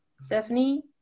Stephanie